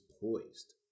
poised